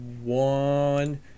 one